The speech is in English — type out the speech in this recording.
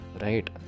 right